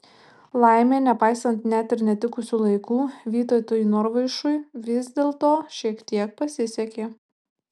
laimė nepaisant net ir netikusių laikų vytautui norvaišui vis dėlto šiek tiek pasisekė